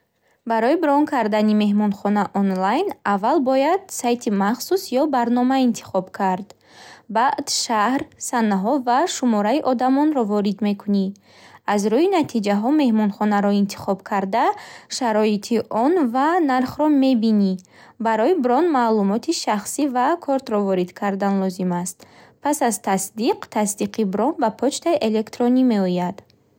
Барои брон кардани меҳмонхона онлайн, аввал бояд сайти махсус ё барнома интихоб кард. Баъд шаҳр, санаҳо ва шумораи одамонро ворид мекунӣ. Аз рӯи натиҷаҳо меҳмонхонаро интихоб карда, шароити он ва нархро мебинӣ. Барои брон, маълумоти шахсӣ ва кортро ворид кардан лозим аст. Пас аз тасдиқ, тасдиқи брон ба почтаи электронӣ меояд.